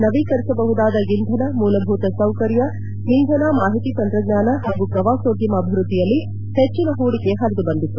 ನವೀಕರಿಸಬಹುದಾದ ಇಂಧನ ಮೂಲಭೂತ ಸೌಕರ್ಯ ಇಂಧನ ಮಾಹಿತಿ ತಂತ್ರಜ್ಞಾನ ಪಾಗೂ ಪ್ರವಾಸೋದ್ಯಮ ಅಭಿವೃದ್ಧಿಯಲ್ಲಿ ಹೆಚ್ಚಿನ ಪೂಡಿಕೆ ಪರಿದುಬಂದಿತ್ತು